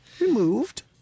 Removed